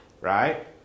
right